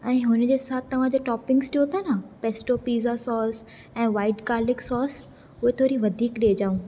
ऐं हुनजे साथ तव्हां जे टोपीन्गस ॾियो था न पेस्टो पिज्जा सोस ऐं वाईट गार्लिक सोस उहे थोरी वधीक ॾिजाऊं